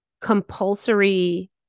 compulsory